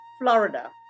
Florida